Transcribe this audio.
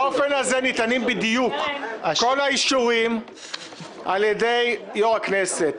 באופן הזה ניתנים בדיוק כל האישורים על ידי יושב-ראש הכנסת.